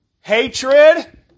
hatred